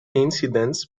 incidents